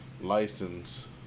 license